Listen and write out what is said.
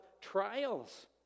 trials